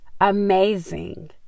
amazing